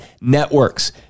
Networks